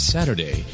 Saturday